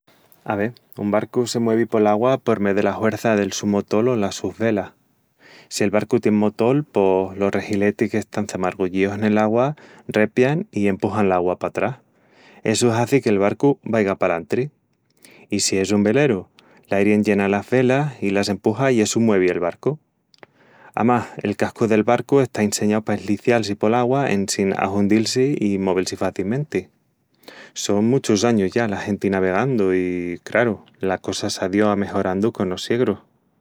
Ave... un barcu... se muevi pol augua por mé dela huerça del su motol o las sus velas. Si el barcu tien motol... pos... los rehiletis qu'están çamargullíus nel augua repian i empuxan l'augua patrás. Essu hazi qu'el barcu vaiga palantri. I si es un veleru... l'airi enllena las velas i las empuxa i essu muevi el barcu. Amás, el cascu del barcu está inseñau pa eslicial-si pol augua en sin ahundil-si i movel-si facimenti. Son muchus añus ya la genti navegandu i, craru, la cosa s'á díu amejorandu conos siegrus.